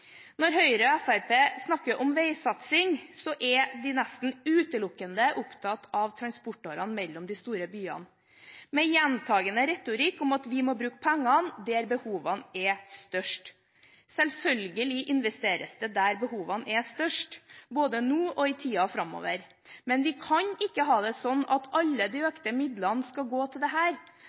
Når Høyre og Fremskrittspartiet snakker om veisatsing, er de nesten utelukkende opptatt av transportårene mellom de store byene, med gjentakende retorikk om at vi må bruke pengene der behovene er størst. Selvfølgelig investeres det der behovene er størst, både nå og i tiden framover, men vi kan ikke ha det slik at alle de økte midlene skal gå til